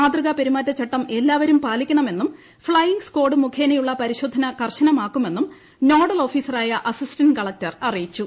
മാതൃകാ പെരുമാറ്റച്ചട്ടം എല്ലാവരും പാലിക്കണമെന്നും ഫ്ളെയിംങ്ങ് സ്കാഡ് മുഖേനയുള്ള പരിശോധന കർശനമാക്കുമെന്നും നോഡൽ ഓഫീസറായ അസിസ്റ്റൻറ് കളക്ടർ അറിയിച്ചു